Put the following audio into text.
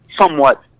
Somewhat